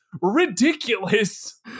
ridiculous